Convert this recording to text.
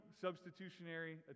substitutionary